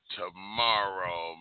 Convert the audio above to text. tomorrow